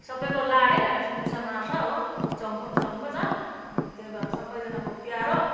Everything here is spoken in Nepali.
सबैको लाडे मुसा मार्छ हो चङ्खो पनि चङ्खो छ अनि त्यही भएर सबैजनाको प्यारो